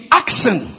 action